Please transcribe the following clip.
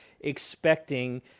expecting